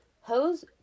Hose